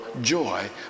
joy